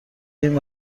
این